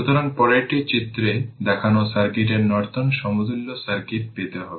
সুতরাং পরেরটি চিত্রে দেখানো সার্কিটের নর্টন সমতুল্য সার্কিট পেতে হবে